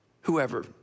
whoever